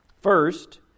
First